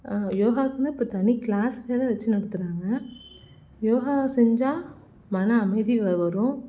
யோகாவுக்குனு இப்போ தனி க்ளாஸ் வேறு வச்சு நடத்துகிறாங்க யோகா செஞ்சால் மன அமைதி வரும்